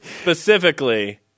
Specifically